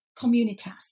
communitas